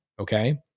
okay